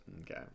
Okay